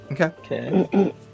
Okay